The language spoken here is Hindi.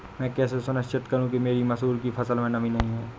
मैं कैसे सुनिश्चित करूँ कि मेरी मसूर की फसल में नमी नहीं है?